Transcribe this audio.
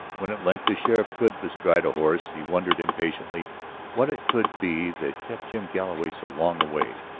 when at length the sheriff could bestride a horse he wondered impatiently what it could be that kept jim galloway so long away.